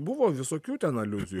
buvo visokių ten aliuzijų